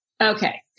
Okay